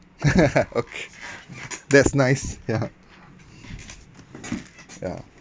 ok~ that's nice ya ya